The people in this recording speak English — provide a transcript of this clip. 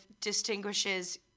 distinguishes